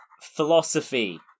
Philosophy